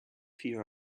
fear